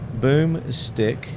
Boomstick